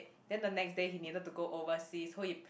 then the next day he needed to go overseas so he